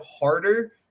harder